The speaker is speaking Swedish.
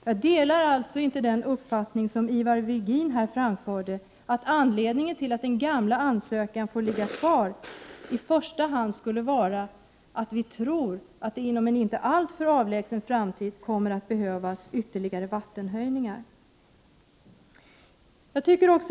Jag delar alltså inte den uppfattning som Ivar Virgin här framförde, nämligen att anledningen till att den gamla ansökan får ligga kvar i första hand skulle vara att vi tror att det inom en inte alltför avlägsen framtid kommer att behövas ytterligare vattenståndshöjningar.